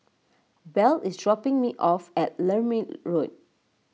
Bell is dropping me off at Lermit Road